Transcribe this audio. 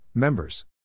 Members